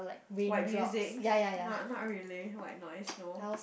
white music not not really white voice no